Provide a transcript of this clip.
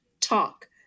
talk